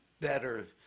better